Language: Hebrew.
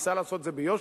ניסה לעשות את זה ביושר,